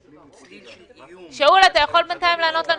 שאול, שאול, אתה יכול בינתיים לענות לנו?